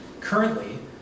Currently